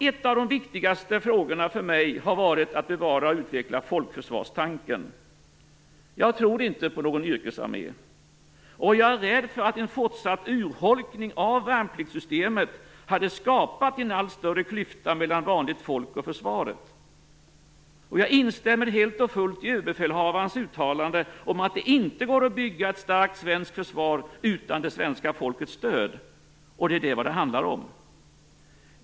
En av de viktigaste frågorna för mig har varit att bevara och utveckla folkförsvarstanken. Jag tror inte på någon yrkesarmé. Jag är rädd för att en fortsatt urholkning av värnpliktssystemet hade skapat en allt större klyfta mellan vanligt folk och försvaret. Jag instämmer helt och fullt i Överbefälhavarens uttalande om att det inte går att bygga ett starkt svenskt försvar utan det svenska folkets stöd. Det är vad det handlar om.